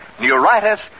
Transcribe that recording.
neuritis